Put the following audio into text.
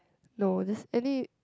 no there's any